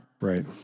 Right